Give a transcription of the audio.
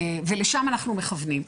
לשם אנחנו מכוונים.